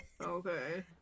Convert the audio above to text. Okay